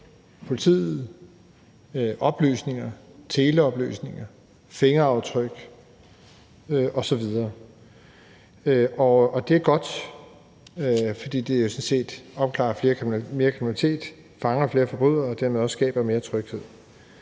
politiet oplysninger – teleoplysninger, fingeraftryk osv. Det er godt, fordi det jo sådan set opklarer mere kriminalitet og fanger flere forbrydere og dermed også skaber mere tryghed.